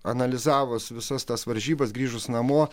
analizavus visas tas varžybas grįžus namo